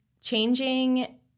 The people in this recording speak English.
changing